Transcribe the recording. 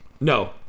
No